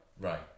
Right